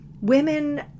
Women